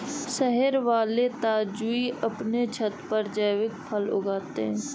शहर वाले ताऊजी अपने छत पर जैविक फल उगाते हैं